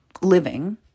living